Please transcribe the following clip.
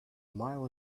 mile